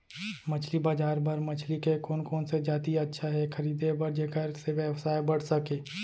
मछली बजार बर मछली के कोन कोन से जाति अच्छा हे खरीदे बर जेकर से व्यवसाय बढ़ सके?